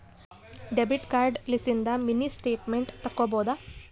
debit card ಲಿಸಿಂದ mini statement ತಕ್ಕೊಬೊದು